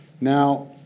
now